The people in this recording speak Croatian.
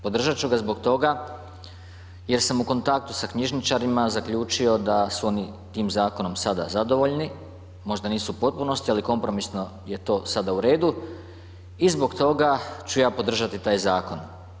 Podržat ću ga zbog toga jer sam u kontaktu sa knjižničarima zaključio da su oni tim zakonom sada zadovoljni, možda nisu u potpunosti, ali kompromisno je to sada u redu i zbog toga ću ja podržati taj zakon.